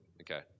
Okay